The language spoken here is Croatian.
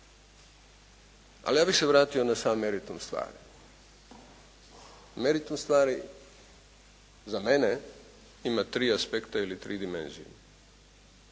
Ali ja bih se vratio na sam meritum stvari. meritum stvari za mene ima tri aspekta ili tri dimenzije,